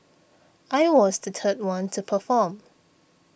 I was the third one to perform